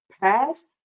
past